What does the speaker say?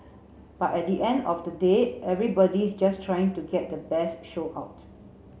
but at the end of the day everybody's just trying to get the best show out